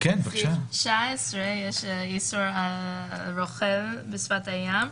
בסעיף 19 יש איסור על רוכל בשפת הים.